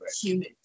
human